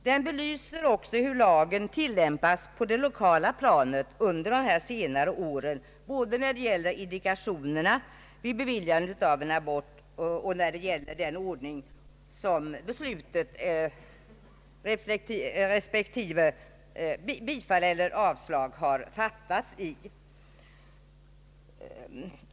Den belyser också hur lagen tillämpats på det lokala planet under dessa senare år, både när det gäller indikationerna vid uppföljandet av en abort och när det gäller den ordning i vilken beslutet om bifall respektive avslag har fattats.